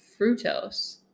fructose